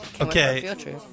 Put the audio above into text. Okay